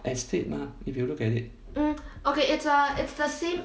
estate mah if you look at it